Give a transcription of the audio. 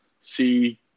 see